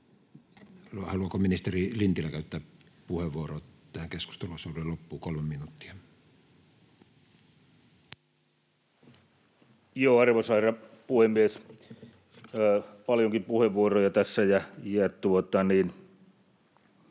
Haluaako ministeri Lintilä käyttää puheenvuoron tähän keskusteluosuuden loppuun? Kolme minuuttia? Arvoisa herra puhemies! Paljonkin puheenvuoroja tässä.